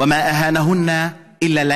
ומי שמשפיל אותן הוא השפל.)